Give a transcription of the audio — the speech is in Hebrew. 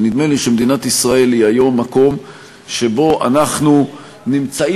ונדמה לי שמדינת ישראל היא היום מקום שבו אנחנו נמצאים